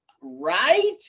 Right